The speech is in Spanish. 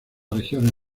regiones